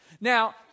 Now